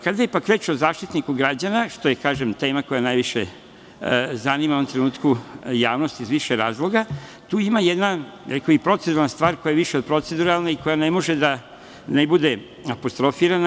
Kada je reč o Zaštitniku građana, što je tema koja najviše zanima javnost u ovom trenutku iz više razloga, tu ima jedna proceduralna stvar koja je više od proceduralne i koja ne može da ne bude apostrofirana.